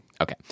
Okay